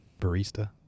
Barista